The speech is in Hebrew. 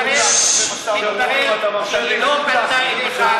אחמד טיבי (הרשימה המשותפת): מתברר שהיא לא פנתה אליך,